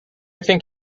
think